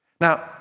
Now